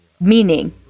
meaning